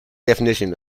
definition